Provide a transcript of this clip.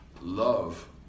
Love